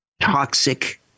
toxic